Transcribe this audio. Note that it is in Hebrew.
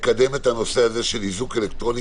-- לקדם את הנושא הזה של איזוק אלקטרוני